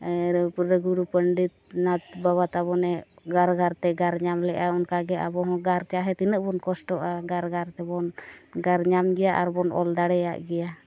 ᱨᱚᱜᱷᱩ ᱯᱚᱱᱰᱤᱛ ᱱᱟᱛᱷ ᱵᱟᱵᱟ ᱛᱟᱵᱚᱱᱮ ᱜᱟᱨ ᱜᱟᱨᱛᱮ ᱜᱟᱨ ᱧᱟᱢ ᱞᱮᱜᱼᱟ ᱚᱱᱠᱟᱜᱮ ᱚᱱᱠᱟᱜᱮ ᱟᱵᱚᱵᱦᱚᱸ ᱜᱟᱨ ᱪᱟᱦᱮ ᱛᱤᱱᱟᱹᱜ ᱵᱚᱱ ᱠᱚᱥᱴᱚᱜᱼᱟ ᱜᱟᱨ ᱧᱟᱢ ᱜᱮᱭᱟ ᱟᱨᱵᱚᱱ ᱚᱞ ᱫᱟᱲᱮᱭᱟᱜ ᱜᱮᱭᱟ